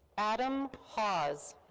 adam hauze.